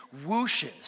whooshes